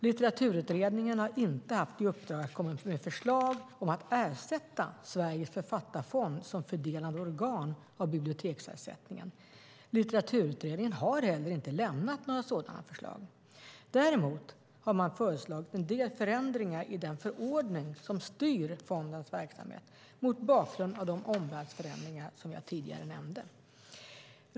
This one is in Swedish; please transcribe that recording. Litteraturutredningen har inte haft i uppdrag att komma med förslag om att ersätta Sveriges författarfond som fördelande organ av biblioteksersättningen. Litteraturutredningen har heller inte lämnat några sådana förslag. Däremot har man föreslagit en del förändringar i den förordning som styr fondens verksamhet mot bakgrund av de omvärldsförändringar jag tidigare nämnde.